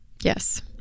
Yes